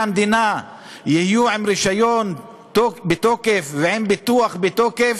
המדינה יהיו עם רישיון בתוקף ועם ביטוח בתוקף,